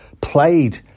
played